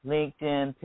LinkedIn